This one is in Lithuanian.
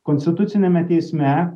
konstituciniame teisme